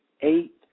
eight